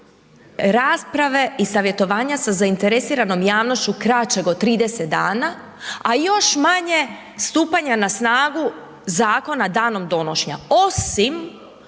rasprave i savjetovanja sa zainteresiranom javnošću kraćeg od 30 dana, a još manje stupanja na snagu zakona danom donošenja,